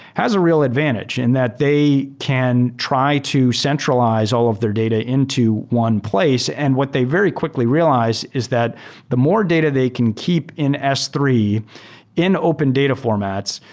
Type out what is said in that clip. has a real advantage and that they can try to centralize all of their data into one place. and what they very quickly realize is that the more data they can keep in s three in open data formats,